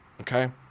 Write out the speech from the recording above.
okay